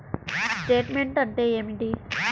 Statement అంటే ఏమిటి?